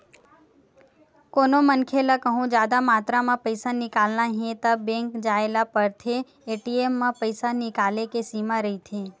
कोनो मनखे ल कहूँ जादा मातरा म पइसा निकालना हे त बेंक जाए ल परथे, ए.टी.एम म पइसा निकाले के सीमा रहिथे